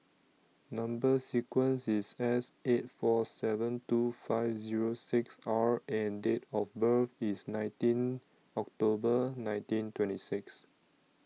Number sequence IS S eight four seven two five Zero six R and Date of birth IS nineteen October nineteen twenty six